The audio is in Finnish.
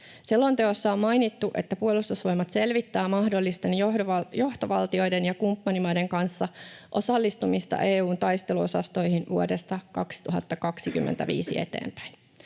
Selonteossa on mainittu, että Puolustusvoimat selvittää mahdollisten johtovaltioiden ja kumppanimaiden kanssa osallistumista EU:n taisteluosastoihin vuodesta 2025 eteenpäin.